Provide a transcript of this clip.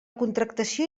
contractació